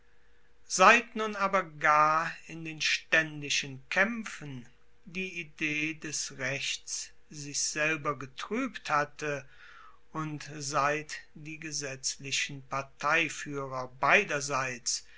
seit nun aber gar in den staendischen kaempfen die idee des rechts sich selber getruebt hatte und seit die gesetzlichen parteifuehrer beiderseits